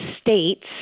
states